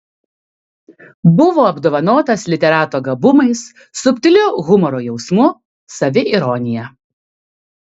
buvo apdovanotas literato gabumais subtiliu humoro jausmu saviironija